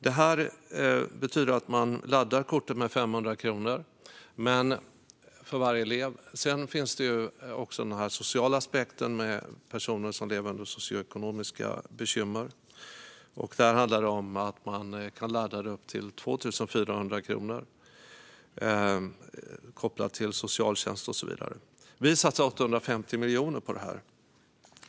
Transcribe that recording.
Kortet laddas med 500 kronor för varje elev. Sedan finns det också en social aspekt med personer som lever med socioekonomiska bekymmer; där kan kortet laddas med upp till 2 400 kronor, kopplat till socialtjänst och så vidare. Vi satsar 850 miljoner på detta.